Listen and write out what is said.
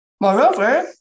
Moreover